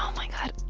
um my god.